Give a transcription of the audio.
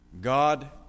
God